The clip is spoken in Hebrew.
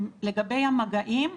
לגבי המגעים,